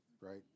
right